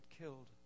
killed